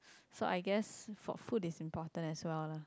so I guess for food is important as well lah